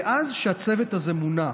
מאז שהצוות הזה מונה,